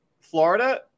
Florida